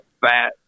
fat